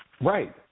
Right